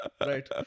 Right